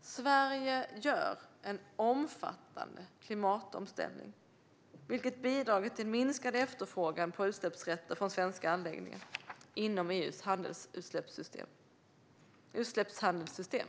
Sverige gör en omfattande klimatomställning, vilket har bidragit till minskad efterfrågan på utsläppsrätter från svenska anläggningar inom EU:s utsläppshandelssystem.